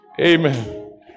Amen